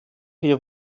wir